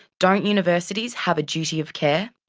don't universities have a duty of care?